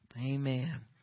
Amen